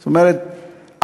זאת אומרת,